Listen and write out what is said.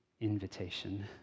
invitation